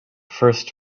first